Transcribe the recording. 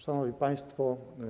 Szanowni Państwo!